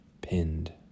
pinned